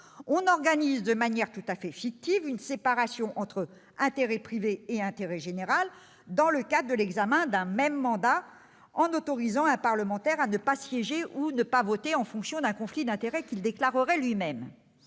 on organise de manière tout à fait fictive une séparation entre intérêt privé et intérêt général dans le cadre d'un même mandat, en autorisant un parlementaire à ne pas siéger ou à ne pas voter en fonction d'un conflit d'intérêts qu'il déclarerait lui-même.